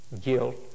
guilt